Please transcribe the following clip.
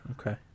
Okay